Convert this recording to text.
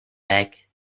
back